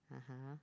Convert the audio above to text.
(uh huh)